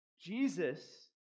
Jesus